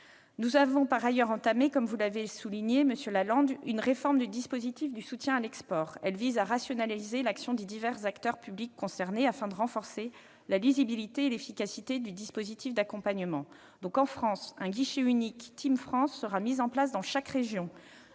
Nous avons par ailleurs entamé, comme vous l'avez souligné, monsieur Lalande, une réforme du dispositif de soutien à l'export : elle vise à rationaliser l'action des divers acteurs publics concernés afin de renforcer la lisibilité et l'efficacité du dispositif d'accompagnement. En France, un guichet unique « Team France Export » sera mis en place dans chaque région,